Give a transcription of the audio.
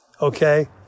Okay